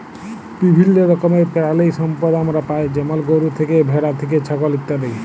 বিভিল্য রকমের পেরালিসম্পদ আমরা পাই যেমল গরু থ্যাকে, ভেড়া থ্যাকে, ছাগল ইত্যাদি